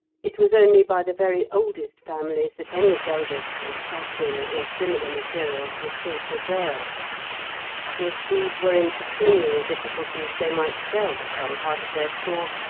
it was only by the very oldest families that any velvet or satin or similar materials were still preserved if these were in pecuniary difficulties they might sell some part of their store,